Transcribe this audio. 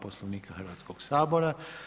Poslovnika Hrvatskog sabora.